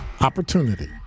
opportunity